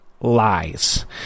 lies